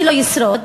שלא ישרוד,